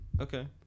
okay